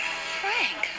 Frank